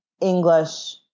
English